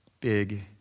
big